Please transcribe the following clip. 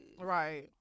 Right